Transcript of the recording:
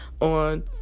on